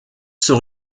sont